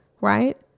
right